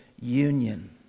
union